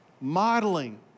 modeling